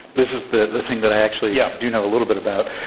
this is the the thing that i actually yeah do know a little bit about.